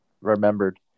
remembered